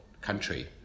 country